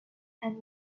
and